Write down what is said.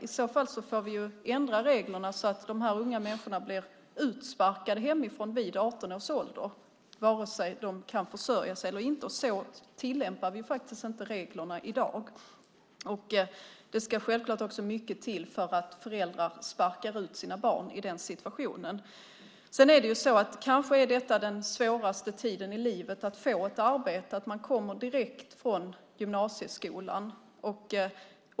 I annat fall får vi ändra reglerna så att dessa unga människor blir utsparkade hemifrån vid 18 års ålder, vare sig de kan försörja sig eller inte. Men så tillämpar vi inte reglerna i dag. Det ska självklart också mycket till för att föräldrar ska sparka ut sina barn i den situationen. Den svåraste tiden i livet när det gäller att få ett arbete är kanske när man kommer direkt från gymnasieskolan.